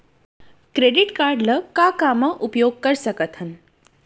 Credit card ला का का मा उपयोग कर सकथन?